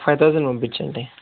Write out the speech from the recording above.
five thousand పంపించండి